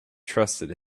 trusted